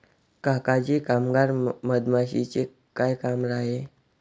काका जी कामगार मधमाशीचे काय काम आहे